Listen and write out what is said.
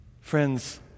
Friends